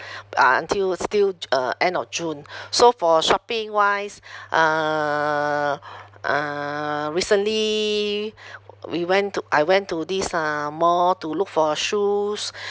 uh until it's still uh end of june so for shopping wise uh uh recently we went to I went to this uh mall to look for shoes